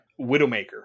Widowmaker